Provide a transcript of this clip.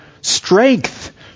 strength